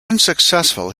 unsuccessful